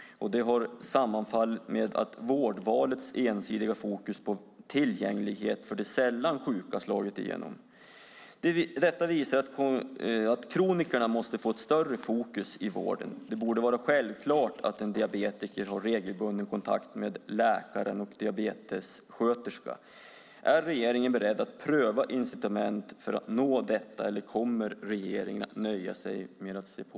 Det har sammanfallit med att vårdvalets ensidiga fokus på tillgänglighet för de sällan sjuka slagit igenom. Kronikerna måste få ett större fokus i vården. Det borde vara självklart att en diabetiker har regelbunden kontakt med läkare och diabetessköterska. Är regeringen beredd att pröva incitament för att nå detta eller kommer regeringen att nöja sig med att se på?